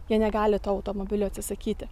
jie negali to automobilio atsisakyti